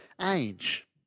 age